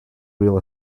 real